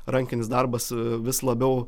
rankinis darbas vis labiau